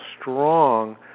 strong